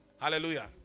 Hallelujah